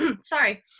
sorry